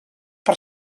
per